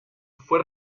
fue